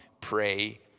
pray